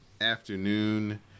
afternoon